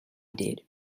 did